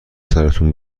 سرتون